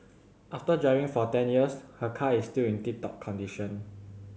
after driving for ten years her car is still in tip top condition